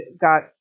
got